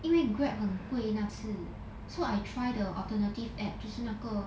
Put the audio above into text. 因为 Grab 很贵那次 so I try the alternative app 就是那个